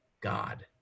God